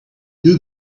who